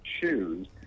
choose